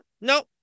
no